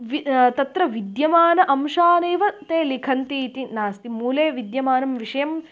वि तत्र विद्यमान अंशान् एव ते लिखन्ति इति नास्ति मूले विद्यमानं विषयं